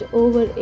over